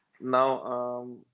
Now